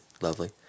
Lovely